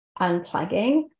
unplugging